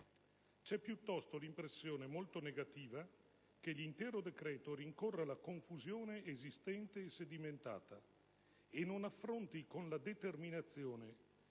C'è piuttosto l'impressione, molto negativa, che l'intero decreto rincorra la confusione esistente e sedimentata, e non affronti con la determinazione